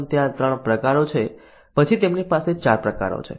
પ્રથમ ત્યાં 3 પ્રકારો છે પછી તેમની પાસે 4 પ્રકારો છે